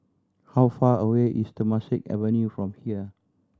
how far away is Temasek Avenue from here